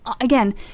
again